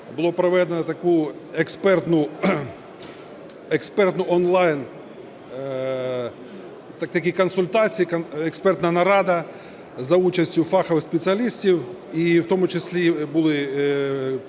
було проведено таку експертну, онлайн такі консультації, експертну нараду за участю фахових спеціалістів, і в тому числі були